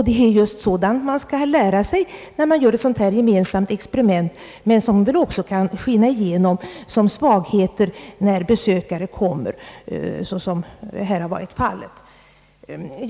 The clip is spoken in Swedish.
Det är just sådant man skall lära sig att klara av när man gör ett gemensamt experiment; men det kan också skina igenom som svagheter när besökare kommer, så som här varit fallet.